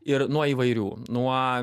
ir nuo įvairių nuo